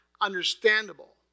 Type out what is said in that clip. understandable